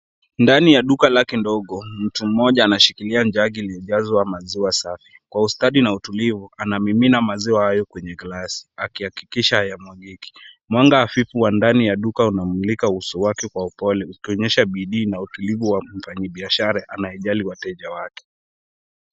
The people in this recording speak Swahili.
Ndani ya duka lake ndogo, mtu anashikilia jagi iliyojazwa maziwa sana. Kwa ustadi na utulivu anamimina maziwa hayo kwenye glasi akihakikisha hayamwagiki. Mwanga hafifu wa duka unamulika uso wake kwa upole, ukionyesha bidii na utulivu wa mfanyi bioashara anayewajali wateja wake.